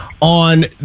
on